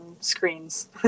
screens